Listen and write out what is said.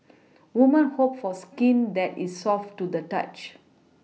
woman hope for skin that is soft to the touch